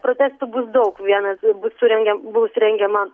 protestų bus daug vienas bus surengėm bus rengiama